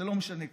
זה לא משנה כלום,